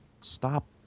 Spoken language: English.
stop